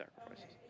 sacrifices